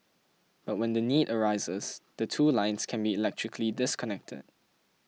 but when the need arises the two lines can be electrically disconnected